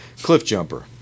Cliffjumper